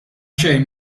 xejn